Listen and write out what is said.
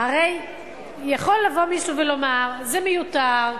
הרי יכול לבוא מישהו ולומר: זה מיותר,